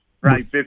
right